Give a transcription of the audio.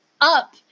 up